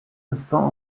instants